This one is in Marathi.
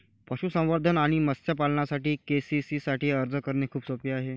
पशुसंवर्धन आणि मत्स्य पालनासाठी के.सी.सी साठी अर्ज करणे खूप सोपे आहे